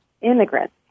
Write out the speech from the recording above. immigrants